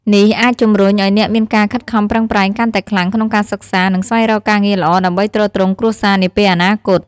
នេះអាចជំរុញឱ្យអ្នកមានការខិតខំប្រឹងប្រែងកាន់តែខ្លាំងក្នុងការសិក្សា និងស្វែងរកការងារល្អដើម្បីទ្រទ្រង់គ្រួសារនាពេលអនាគត។